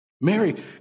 Mary